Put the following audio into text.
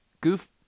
goof